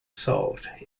solved